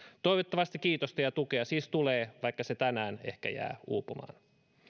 toivottavasti kiitosta ja tukea siis tulee vaikka se tänään ehkä jää uupumaan